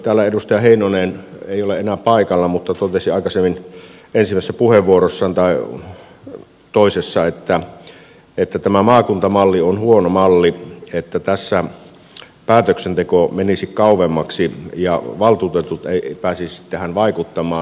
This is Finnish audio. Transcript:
täällä edustaja heinonen ei ole enää paikalla mutta totesi aikaisemmin toisessa puheenvuorossaan että tämä maakuntamalli on huono malli että tässä päätöksenteko menisi kauemmaksi ja valtuutetut eivät pääsisi tähän vaikuttamaan